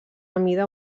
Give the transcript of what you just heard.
amida